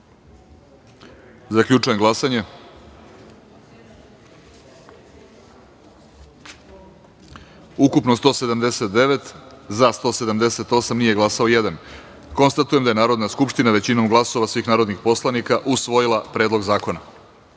taster. Zaključujem glasanje: ukupno – 179, za – 178, nije glasao jedan. Konstatujem da je Narodna skupština većinom glasova svih narodnih poslanika usvojila Predlog